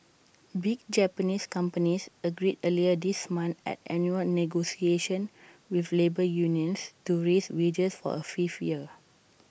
big Japanese companies agreed earlier this month at annual negotiations with labour unions to raise wages for A fifth year